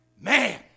Man